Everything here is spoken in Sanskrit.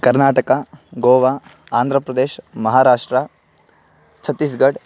कर्नाटका गोवा आन्द्रप्रदेश् महाराष्ट्रा छत्तीस्गड्